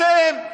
אתם,